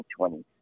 2020